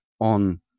on